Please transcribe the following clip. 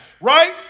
Right